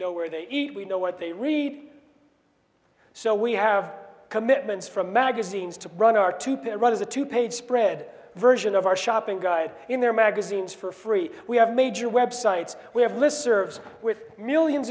know where they eat we know what they read so we have commitments from magazines to run our two pit road is a two page spread version of our shopping guide in their magazines for free we have major websites we have list serves with millions